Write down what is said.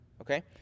Okay